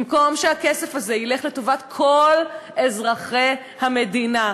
במקום שהכסף הזה ילך לטובת כל אזרחי המדינה.